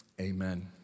amen